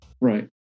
Right